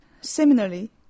Similarly